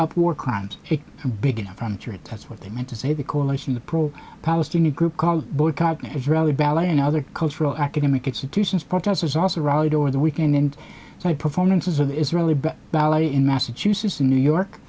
up war crimes beginning from three that's what they meant to say the coalition the pro palestinian group called boycott israeli ballet and other cultural academic institutions protesters also rode over the weekend in my performances of israeli but ballet in massachusetts in new york